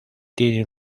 tiene